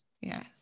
yes